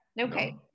okay